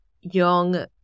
young